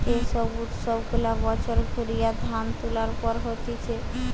যে সব উৎসব গুলা বছর ঘুরিয়ে ধান তুলার পর হতিছে